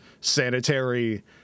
sanitary